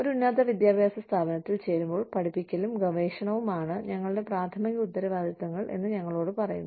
ഒരു ഉന്നത വിദ്യാഭ്യാസ സ്ഥാപനത്തിൽ ചേരുമ്പോൾ പഠിപ്പിക്കലും ഗവേഷണവുമാണ് ഞങ്ങളുടെ പ്രാഥമിക ഉത്തരവാദിത്തങ്ങൾ എന്ന് ഞങ്ങളോട് പറയുന്നു